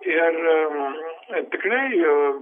ir tikrai